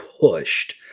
pushed